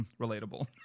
relatable